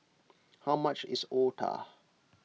how much is Otah